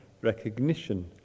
recognition